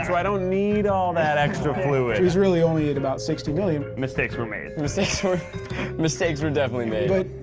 i don't need all that extra fluid. he's really only at about sixty million. mistakes were made. mistakes were mistakes were definitely made. but,